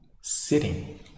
sitting